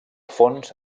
fons